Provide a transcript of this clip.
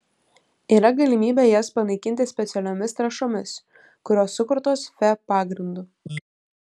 yra galimybė jas panaikinti specialiomis trąšomis kurios sukurtos fe pagrindu